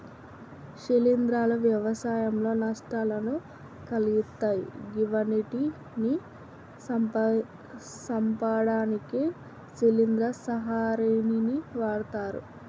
శిలీంద్రాలు వ్యవసాయంలో నష్టాలను కలిగిత్తయ్ గివ్విటిని సంపడానికి శిలీంద్ర సంహారిణిని వాడ్తరు